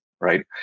Right